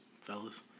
fellas